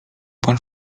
pan